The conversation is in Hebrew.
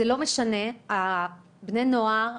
זה לא משנה: בני הנוער,